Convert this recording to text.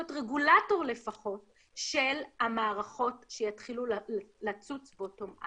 רגולטור לפחות של המערכות שיתחילו לצוץ bottom-up?